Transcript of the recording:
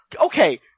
okay